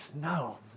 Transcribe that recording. no